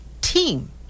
team